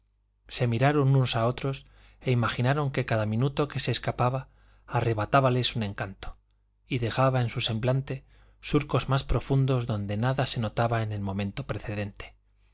se miraron unos a otros e imaginaron que cada minuto que se escapaba arrebatábales un encanto y dejaba en su semblante surcos más profundos donde nada se notaba en el momento precedente